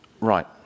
right